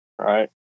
Right